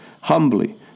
Humbly